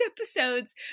episodes